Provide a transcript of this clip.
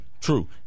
True